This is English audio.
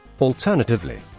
Alternatively